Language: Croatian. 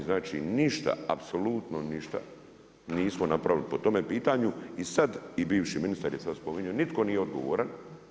Znači ništa apsolutno ništa nismo napravili po tom pitanju i sad i bivši ministar je sad spominjao, nitko nije odgovoran.